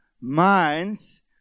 minds